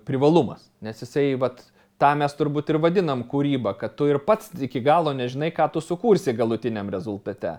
privalumas nes jisai vat tą mes turbūt ir vadinam kūryba kad tu ir pats iki galo nežinai ką tu sukursi galutiniam rezultate